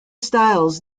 styles